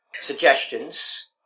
suggestions